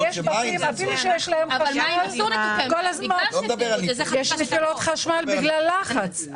ויש בתים שאפילו שיש להם חשמל כל הזמן יש נפילות חשמל בגלל לחץ,